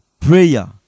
prayer